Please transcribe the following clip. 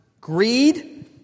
greed